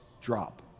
drop